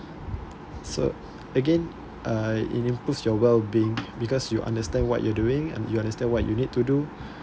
cert again uh it improves your well being because you understand what you're doing and you understand what you need to do